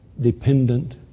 dependent